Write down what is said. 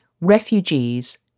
refugees